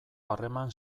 harreman